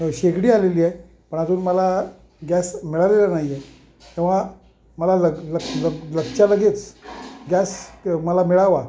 शेगडी आलेली आहे पण अजून मला गॅस मिळालेला नाहीये तेव्हा मला लग ल ल लगेच्या लगेच गॅस मला मिळावा